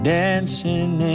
dancing